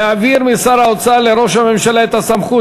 להעביר משר האוצר לראש הממשלה את הסמכות